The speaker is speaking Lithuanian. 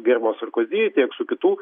gerbiamo sarkozy tiek su kitų